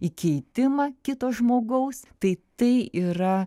į keitimą kito žmogaus tai tai yra